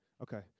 okay